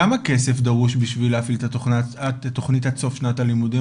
כמה כסף דרוש בשביל להפעיל את התוכנית עד סוף שנת הלימודים?